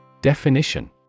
Definition